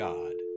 God